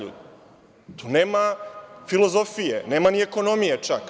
Tu nema filozofije, nema ni ekonomije čak.